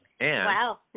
Wow